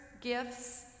gifts